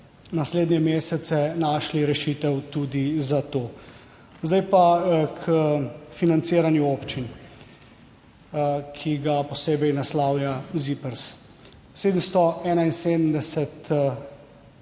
naslednje mesece našli rešitev tudi za to. Zdaj pa k financiranju občin, ki ga posebej naslavlja ZIPRS. 771,33